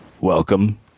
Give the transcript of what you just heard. Welcome